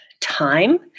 time